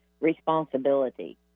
responsibility